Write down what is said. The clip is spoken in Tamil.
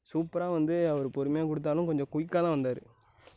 சூப்பராக வந்து அவர் பொறுமையாக கொடுத்தாலும் கொஞ்சம் குயிக்கா தான் வந்தார்